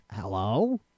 Hello